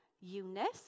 eunice